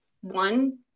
one